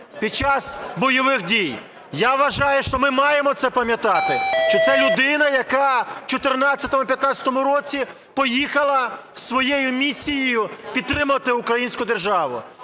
під час бойових дій. Я вважаю, що ми маємо це пам'ятати, що це людина, яка в 14-15-му році поїхала зі своєю місією підтримати українську державу.